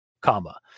comma